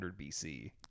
bc